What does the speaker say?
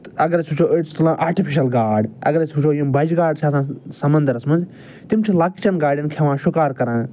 تہٕ اگر أسۍ وٕچھو أڑۍ چھِ تُلان آٹِفِشل گاڈ اگر أسۍ وٕچھو یِم بجہِ گاڈٕ چھِ آسان سمندرس منٛز تِم چھِ لۄکچن گاڈٮ۪ن کھٮ۪وان شُکار کَران